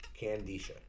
Candisha